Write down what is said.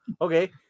okay